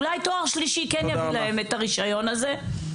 אולי תואר שלישי כן יביא להם את הרישיון הזה?